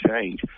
change